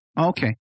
Okay